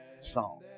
song